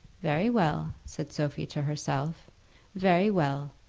very well, said sophie to herself very well.